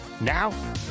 Now